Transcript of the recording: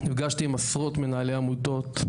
נפגשתי עם עשרות מנהלי עמותות,